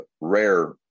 rare